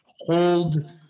hold